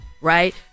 right